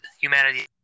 Humanity